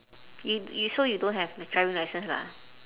you you so you don't have driving licence lah